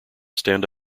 stand